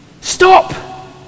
stop